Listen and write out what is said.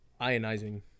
ionizing